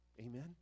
Amen